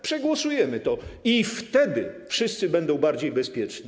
Przegłosujemy to i wtedy wszyscy będą bardziej bezpieczni.